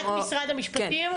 את ממשרד המשפטים?